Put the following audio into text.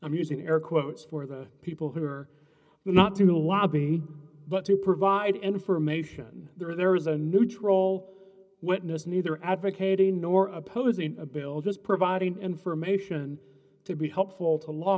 i'm using air quotes for the people who are not to the lobby but to provide information there is a neutral witness neither advocating nor opposing a bill just providing information to be helpful to law